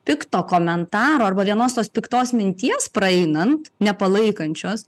pikto komentaro arba vienos tos piktos minties praeinant nepalaikančios